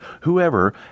whoever